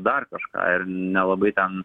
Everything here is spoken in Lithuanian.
dar kažką ir nelabai ten